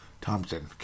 Thompson